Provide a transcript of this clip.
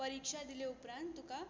परिक्षा दिले उपरांत तुका